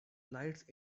lights